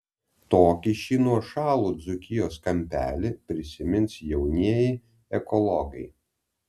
tokį šį nuošalų dzūkijos kampelį prisimins jaunieji ekologai